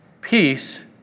Peace